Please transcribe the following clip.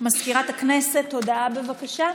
הודעה למזכירת הכנסת, בבקשה.